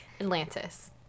Atlantis